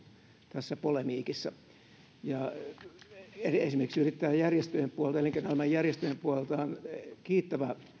tässä polemiikissa esimerkiksi yrittäjäjärjestöjen puolelta ja elinkeinoelämän järjestöjen puolelta oli kiittävä